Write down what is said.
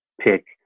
pick